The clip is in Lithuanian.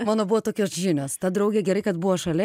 mano buvo tokios žinios ta draugė gerai kad buvo šalia